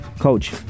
coach